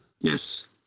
Yes